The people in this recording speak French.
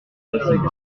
introuvable